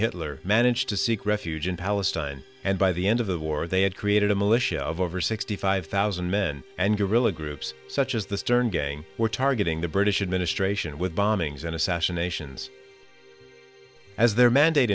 hitler managed to seek refuge in palestine and by the end of the war they had created a militia of over sixty five thousand men and guerrilla groups such as the stern gang were targeting the british administration with bombings and assassinations as their mandate